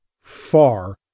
far